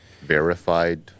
verified